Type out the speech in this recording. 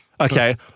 Okay